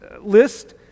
list